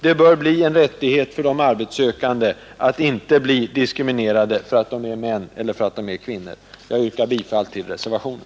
Det bör bli en rättighet för de arbetssökande att inte diskrimineras för att de är män eller för att de är kvinnor. Jag yrkar bifall till reservationen.